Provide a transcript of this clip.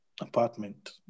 apartment